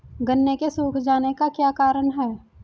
गन्ने के सूख जाने का क्या कारण है?